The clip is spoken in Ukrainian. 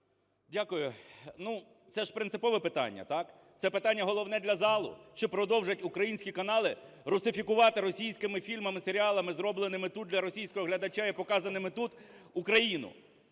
Дякую. Ну, це ж принципове питання, так? Це питання головне для залу: чи продовжать українські канали русифікувати російськими фільмами, серіалами, зробленими тут для російського глядача і показаними тут, Україну.